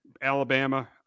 Alabama